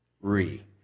re